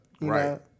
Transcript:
Right